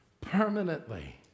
permanently